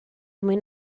mwyn